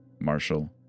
Marshall